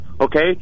okay